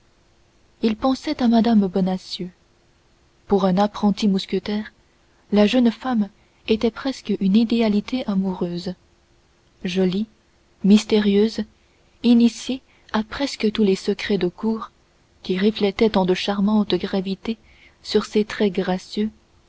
il pensait à mme bonacieux pour un apprenti mousquetaire la jeune femme était presque une idéalité amoureuse jolie mystérieuse initiée à presque tous les secrets de cour qui reflétaient tant de charmante gravité sur ses traits gracieux